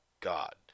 God